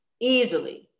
easily